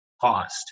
cost